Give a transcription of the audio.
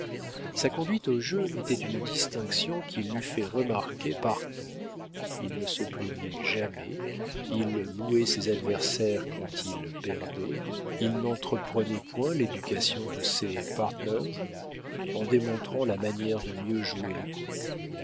sa conduite au jeu était d'une distinction qui l'eût fait remarquer partout il ne se plaignait jamais il louait ses adversaires quand ils perdaient il n'entreprenait point l'éducation de ses partners en démontrant la manière de mieux jouer les coups